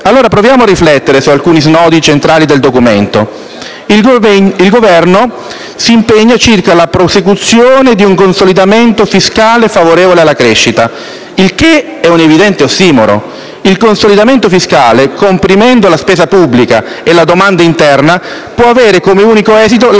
Allora proviamo a riflettere su alcuni snodi centrali del documento. Il Governo si impegna circa «la prosecuzione di un consolidamento fiscale favorevole alla crescita», il che è un evidente ossimoro. Il consolidamento fiscale, comprimendo la spesa pubblica e la domanda interna, può avere come unico esito la